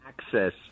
Access